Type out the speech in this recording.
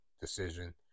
decision